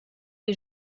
les